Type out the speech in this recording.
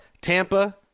Tampa –